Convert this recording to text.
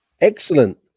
Excellent